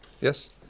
yes